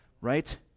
right